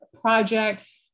projects